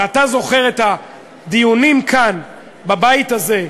ואתה זוכר את הדיונים כאן, בבית הזה,